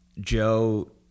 Joe